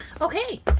Okay